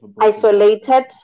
isolated